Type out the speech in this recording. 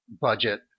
budget